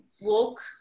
walk